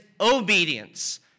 obedience